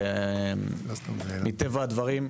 מטבע הדברים,